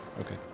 Okay